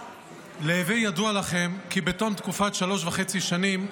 להווי ידוע לכם כי בתום תקופת שלוש וחצי השנים,